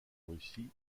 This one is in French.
russie